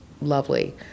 lovely